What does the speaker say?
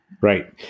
right